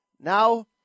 Now